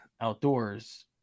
outdoors